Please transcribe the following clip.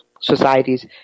societies